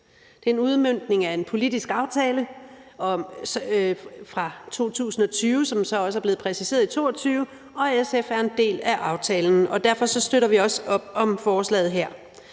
Det er en udmøntning af en politisk aftale fra 2020, som så også er blevet præciseret i 2022. SF er en del af aftalen, og derfor støtter vi også op om forslaget her.